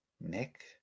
Nick